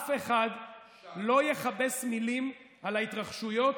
-- אף אחד לא יכבס מילים על ההתרחשויות